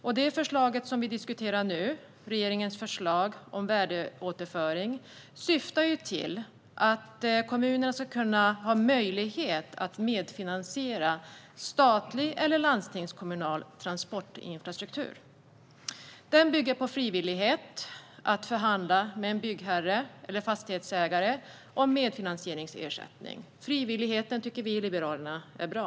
Regeringens förslag om värdeåterföring, som vi nu diskuterar, syftar till att kommunerna ska ha möjligheter att medfinansiera statlig eller landstingskommunal transportinfrastruktur. Detta bygger på frivillighet att förhandla med en byggherre eller fastighetsägare om medfinansieringsersättning. Vi i Liberalerna tycker att frivilligheten är bra.